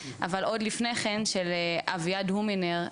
אבל עוד לפני כן של אביעד הומינר,